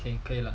then you play